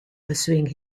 pursuing